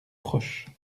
proche